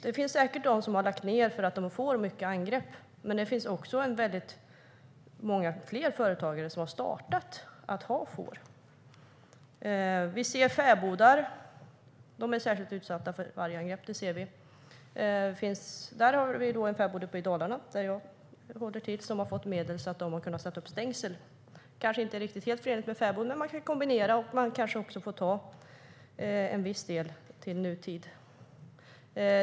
Det finns säkert de som har lagt ned sin fårskötselverksamhet eftersom de får många angrepp, men det finns många fler företagare som har börjat hålla får. Fäbodar är särskilt utsatta för vargangrepp. Det finns en fäbod i Dalarna, där jag håller till, som har fått medel så att de har kunnat sätta upp stängsel. Det är kanske inte helt förenligt med en fäbod, men de får kombinera och ta en viss del av fäboden till nutid.